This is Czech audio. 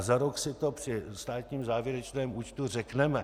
Za rok si to při státním závěrečném účtu řekneme.